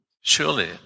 surely